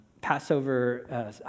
Passover